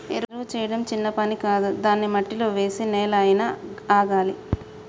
ఎరువు చేయడం చిన్న పని కాదు దాన్ని మట్టిలో వేసి నెల అయినా ఆగాలి